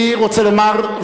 אני רוצה לומר,